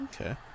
okay